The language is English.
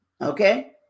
Okay